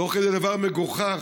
תוך כדי דבר מגוחך,